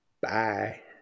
Bye